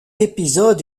épisode